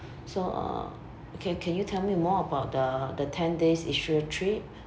so uh okay can you tell me more about the the ten days israel trip